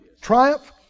triumph